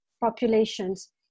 populations